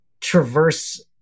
traverse